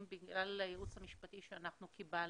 בגלל הייעוץ המשפטי שאנחנו קיבלנו.